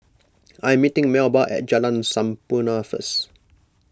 I am meeting Melba at Jalan Sampurna first